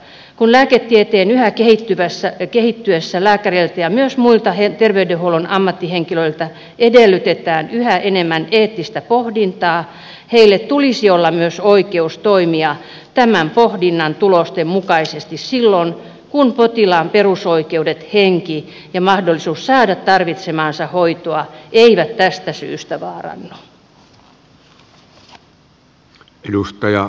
kun lääketieteen yhä kehittyessä lääkäreiltä ja myös muilta ter veydenhuollon ammattihenkilöiltä edellytetään yhä enemmän eettistä pohdintaa heillä tulisi olla myös oikeus toimia tämän pohdinnan tulosten mukaisesti silloin kun potilaan perusoikeudet henki ja mahdollisuus saada tarvitsemaansa hoitoa eivät tästä syystä vaarannu